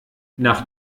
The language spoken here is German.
nach